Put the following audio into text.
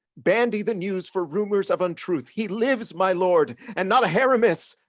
bandy the news for rumors of untruth he lives, my lord, and not a hair amiss.